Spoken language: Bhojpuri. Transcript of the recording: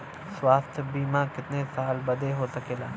स्वास्थ्य बीमा कितना साल बदे हो सकेला?